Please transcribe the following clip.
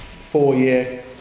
four-year